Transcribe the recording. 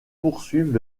poursuivent